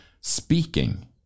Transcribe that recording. speaking